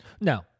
No